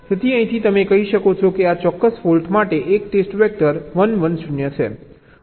તેથી અહીંથી તમે કહી શકો છો કે આ ચોક્કસ ફોલ્ટ માટે એક ટેસ્ટ વેક્ટર 1 1 0 છે